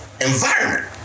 environment